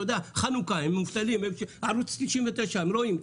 אתה יודע, חנוכה, הם מובטלים, ערוץ 99, הם רואים.